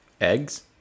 Eggs